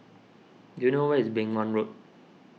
do you know where is Beng Wan Road